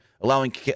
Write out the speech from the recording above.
allowing